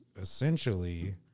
essentially